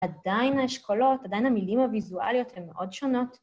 עדיין האשכולות, עדיין המילים הוויזואליות הן מאוד שונות.